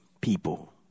people